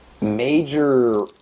Major